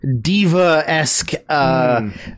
diva-esque